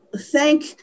thank